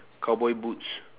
cowboy boots